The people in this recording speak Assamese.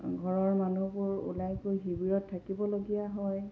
ঘৰৰ মানুহবোৰ ওলাই গৈ শিবিৰত থাকিবলগীয়া হয়